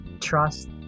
trust